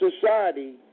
society